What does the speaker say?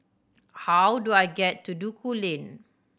how do I get to Duku Lane